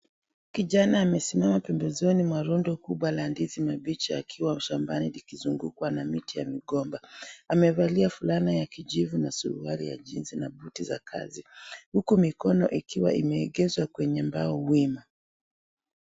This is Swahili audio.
Kijana amesimama pembezoni mwa rundo kubwa la ndizi mabichi shambani likiwa limezungukwa na miti ya migomba, amevalia fulana ya kijivu na suruali ya jinsi na buti za kazi, huku mikono ikiwa imeegezwa kwenye mbao wima.